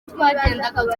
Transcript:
twagendaga